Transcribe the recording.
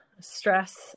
stress